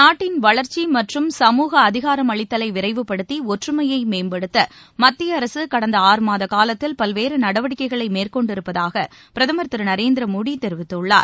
நாட்டின் வளர்ச்சி மற்றும் சமூக அதிகாரமளித்தலை விரைவுபடுத்தி ஒற்றுமையை மேம்படுத்த மத்திய அரசு கடந்த ஆறமாதகாலத்தில் பல்வேறு நடவடிக்கைகளை மேற்கொண்டிருப்பதாக பிரதமர் திரு நரேந்திர மோடி தெரிவித்துள்ளார்